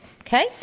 Okay